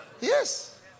Yes